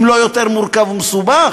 אם לא יותר, מורכב ומסובך,